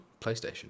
PlayStation